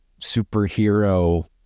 superhero